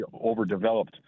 overdeveloped